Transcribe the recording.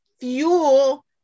fuel